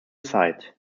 site